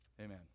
Amen